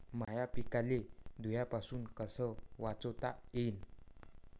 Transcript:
माह्या पिकाले धुयारीपासुन कस वाचवता येईन?